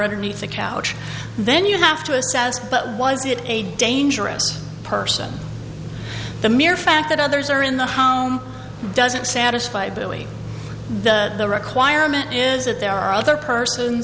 underneath the couch then you have to assess but was it a dangerous person the mere fact that others are in the home doesn't satisfy billy the requirement is that there are other person